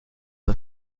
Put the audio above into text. een